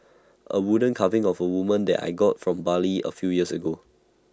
A wooden carving of A woman that I got from Bali A few years ago